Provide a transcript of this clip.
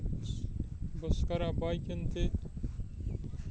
بہٕ ٲسٕس کران باقین تہِ